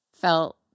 felt